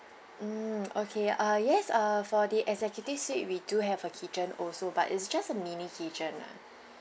mm okay uh yes uh for the executive suite we do have a kitchen also but it's just a mini kitchen lah